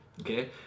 okay